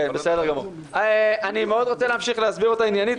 אני רוצה מאוד להסביר את ההצעה עניינית.